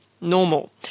normal